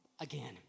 again